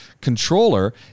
controller